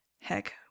Heck